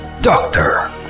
Doctor